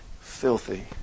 filthy